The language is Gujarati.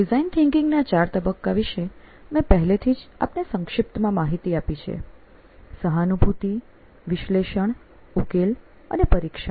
ડિઝાઇન થીંકીંગના ચાર તબક્કા વિશે મેં પહેલેથી જ આપને સંક્ષિપ્તમાં માહિતી આપી છે સહાનુભૂતિ વિશ્લેષણ ઉકેલ અને પરીક્ષણ